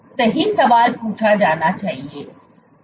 यही सवाल पूछा जाना है